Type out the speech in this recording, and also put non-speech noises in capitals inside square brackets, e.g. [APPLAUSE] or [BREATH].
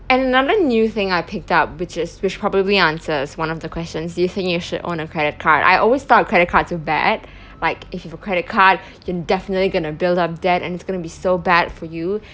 another new thing I picked up which is which probably answers one of the questions do you think you should own a credit card I always thought credit cards were bad [BREATH] like if you have a credit card you're definitely going to build up debt and it's going to be so bad for you